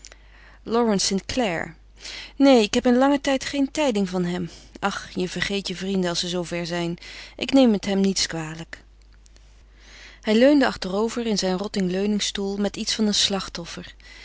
st clare neen ik heb in langen tijd geen tijding van hem ach je vergeet je vrienden als ze zoover zijn ik neem het hem niets kwalijk hij leunde achterover in zijn rotting leunigstoel met iets van een slachtoffer